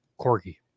Corgi